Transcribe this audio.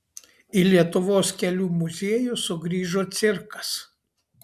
į lietuvos kelių muziejų sugrįžo cirkas